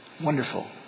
Wonderful